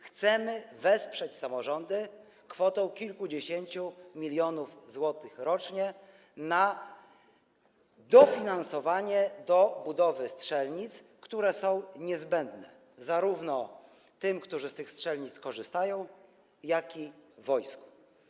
Chcemy wesprzeć samorządy kwotą kilkudziesięciu milionów złotych rocznie na dofinansowanie budowy strzelnic, które są niezbędne zarówno tym, którzy z tych strzelnic korzystają, jak i wojsku.